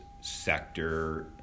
sector